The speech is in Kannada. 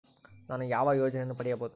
ನಾನು ಯಾವ ಯೋಜನೆಯನ್ನು ಪಡೆಯಬಹುದು?